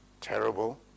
terrible